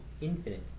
infinite